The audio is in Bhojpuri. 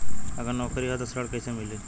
अगर नौकरी ह त ऋण कैसे मिली?